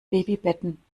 babybetten